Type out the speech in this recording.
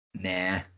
Nah